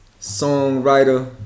songwriter